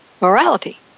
morality